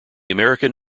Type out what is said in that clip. american